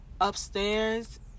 upstairs